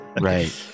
Right